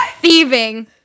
thieving